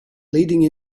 leading